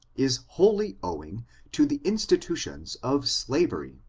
is wholly owing to the insti tutions of slavery.